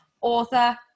author